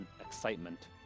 excitement